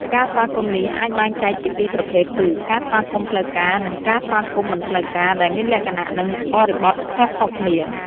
ការស្វាគមន៍នេះអាចបែងចែកជាពីរប្រភេទគឺ ការស្វាគមន៍ផ្លូវការ និង ការស្វាគមន៍មិនផ្លូវការ ដែលមានលក្ខណៈនិងបរិបទខុសៗគ្នា។